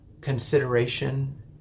consideration